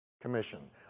commission